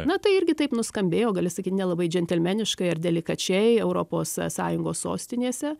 na tai irgi taip nuskambėjo gali sakyt nelabai džentelmeniškai ar delikačiai europos sąjungos sostinėse